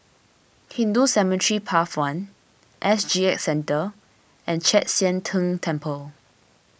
Hindu Cemetery Path one S G X Centre and Chek Sian Tng Temple